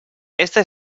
este